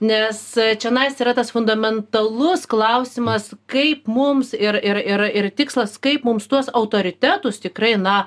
nes čionais yra tas fundamentalus klausimas kaip mums ir ir ir ir tikslas kaip mums tuos autoritetus tikrai na